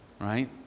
right